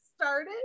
started